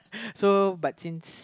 so but since